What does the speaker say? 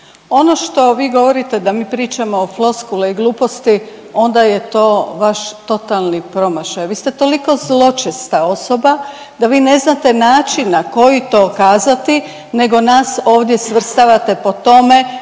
Ono što vi govorite da mi pričamo floskule i gluposti onda je to vaš totalni promašaj, vi ste toliko zločesta osoba da vi ne znate način na koji to kazati nego nas ovdje svrstavate po tome